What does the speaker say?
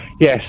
Yes